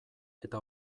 eta